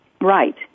right